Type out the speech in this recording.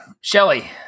Shelly